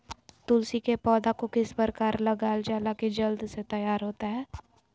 तुलसी के पौधा को किस प्रकार लगालजाला की जल्द से तैयार होता है?